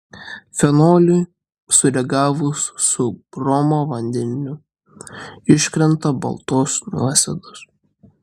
fenoliui sureagavus su bromo vandeniu iškrenta baltos nuosėdos